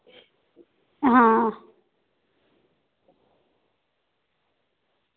आं